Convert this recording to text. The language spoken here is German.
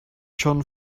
schon